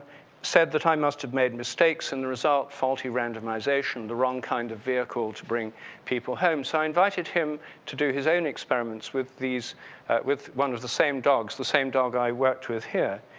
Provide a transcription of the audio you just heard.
said that, i must have made mistakes and the result faulty randomization, the wrong kind of vehicle to bring people home. so, i invited him to do his own experiments with these with one of the same dogs, the same dog i worked with here.